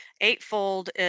Eightfold